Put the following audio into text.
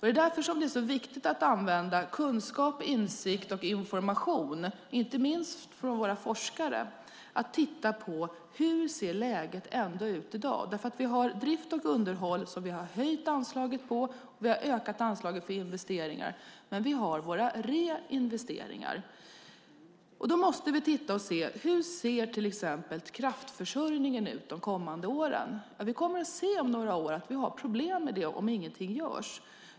Det är därför som det är så viktigt att använda kunskaper, insikt och information från våra forskare. Det gäller att titta på: Hur ser läget ut i dag? Vi har höjt anslaget för drift och underhåll och ökat anslaget för investeringar. Men vi har också reinvesteringar. Vi måste se på det. Hur ser till exempel kraftförsörjningen ut de kommande åren? Vi kommer om några år att se att vi har problem med det om ingenting görs.